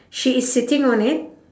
she is sitting on it